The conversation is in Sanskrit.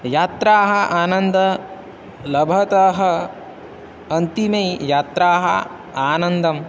यात्रायै आनन्दं लभतः अन्तिमे यात्राः आनन्दम्